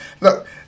look